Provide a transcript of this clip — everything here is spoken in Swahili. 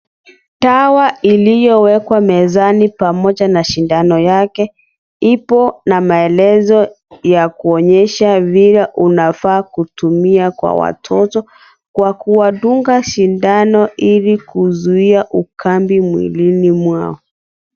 Dawa iliyowekwa mezani pamoja na sindano yake, ipo na maelezo ya kuonyesha vile unafaa kutumia kwa watoto, kwa kuwandunga sindano ili kuzuia ukambi mwilini mwao.